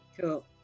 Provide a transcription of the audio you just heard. cool